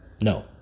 No